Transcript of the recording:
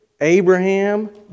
Abraham